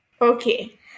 Okay